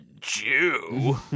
Jew